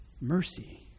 Mercy